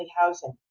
housing